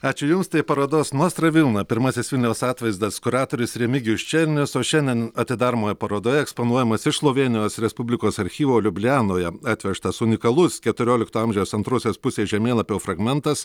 ačiū jums tai parodos nostra vilna pirmasis vilniaus atvaizdas kuratorius remigijus černius o šiandien atidaromoje parodoje eksponuojamas iš slovėnijos respublikos archyvo liublianoje atvežtas unikalus keturiolikto amžiaus antrosios pusės žemėlapio fragmentas